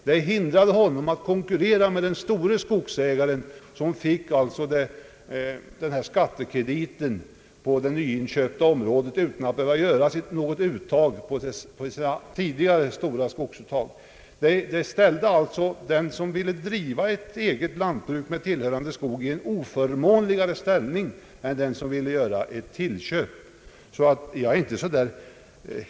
Det hindrade honom att konkurrera med den store skogsägaren, som alltså fick en sådan här skattekredit på det nyinköpta området utan att behöva göra något uttag på sina tidigare stora skogsinnehav. Den som ville driva ett eget lantbruk med tillhörande skog ställdes alltså i oförmånligare ställning än den som ville göra ett tillköp.